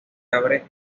abre